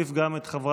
אני קובע